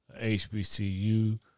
HBCU